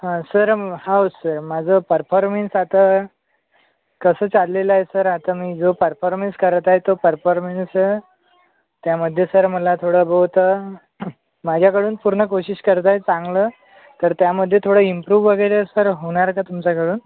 हा सर हो सर माझं परफॉर्मेंस आता कसं चाललेलं आहे सर आता मी जो परफॉर्मेंस करत आहे तो परफॉर्मेंस त्यामध्ये सर मला थोडंबहुत माझ्याकडून पूर्ण कोशिश करत आहे चांगलं तर त्यामध्ये थोडं इम्प्रूव वगैरे सर होणार का तुमच्याकडून